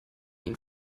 ihn